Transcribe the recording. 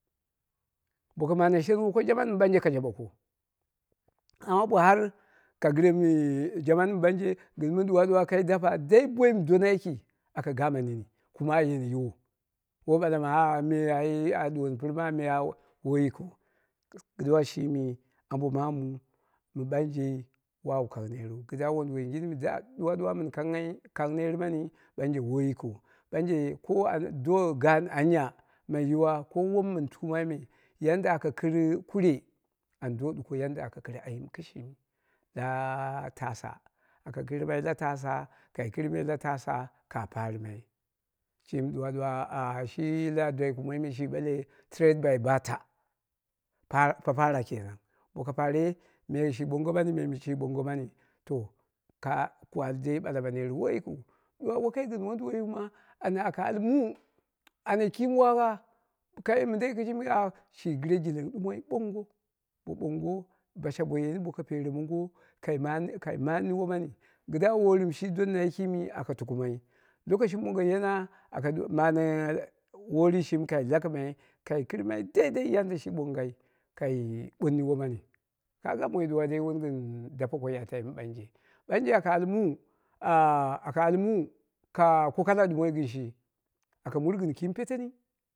Boko mane shengo ko jaman mɨ ɓanje ka jaɓoko amma bo har ka gɨre mɨ daman mɨ ɓanje gɨn mɨ ɗuwa ɗuwa kai dappa dai boim dona yiki aka gama nim kuma a yeni yiwo woi ɓala ma ah me a ye pɨrma woi yikiu. Kaduwa shimi ambo maamu mɨ ɓanje wawu kang neru kidda wondu wolgin mɨ da ɗuwa ɗuwa mɨn kang ner mani woi yikin ɓanje ko an do gaan anya mai yiwa ko wom mɨn tuumai me yadda aka kɨr kure ando ɗuko yadda aka kɨr ayim kɨshimi laa tasa aka kɨrmai la tasa kai kirmai la tasa ka paghɨrimai shimi ɗuwa ɗuwa shi na dwadwai kamoime shi ɓale trade by barter ah papaghira kenan boko paghi re me shi ɓoongo mani me shi ɓoongo mani ka ku ali dei ɓala ma ner woi yikiu, ɗuwa woi koi gɨn wonduwoi yu ma anya ka al mu kai kiim wagha shi gɨre jilling ɗumoi boongo bo ɓoongo bo basha ba geni boko pere mongo kai manni womani don wori mɨ shi donna yikii me aka tukumai lokoshi mɨ mongo yena aka do mane worin shimi kai lakɨmai kai kɨrmai dai dai yadda shi ɓongai kai ɓonni womani. Moi ɗuwa dan wun gɨn dape koi a tai mɨ ɓanje a aka al mu ka ko kala ɗumoi gin shi aka muru gɨn kiim peteni.